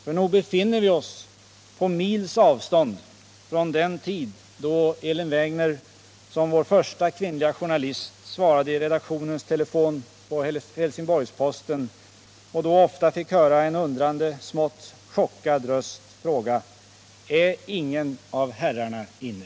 För nog befinner vi oss på mils avstånd från den tid då Elin Wägner som vår första kvinnliga journalist svarade i redaktionens telefon på Helsingborgs-Posten och då ofta fick höra en undrande, smått chockad röst fråga: ”Är ingen av herrarna inne?”